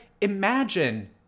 imagine